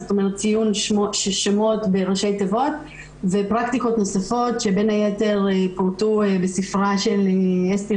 ציון שמות בראשי תיבות ופרקטיקות נוספות שבין היתר פורטו בספרה של אסתי